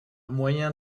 moyen